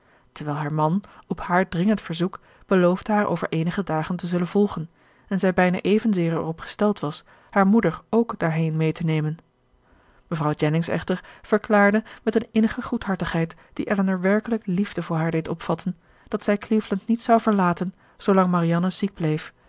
terwijl haar man op haar dringend verzoek beloofde haar over eenige dagen te zullen volgen en zij bijna evenzeer erop gesteld was haar moeder ook daarheen mee te nemen mevrouw jennings echter verklaarde met een innige goedhartigheid die elinor werkelijk liefde voor haar deed opvatten dat zij cleveland niet zou verlaten zoolang marianne ziek bleef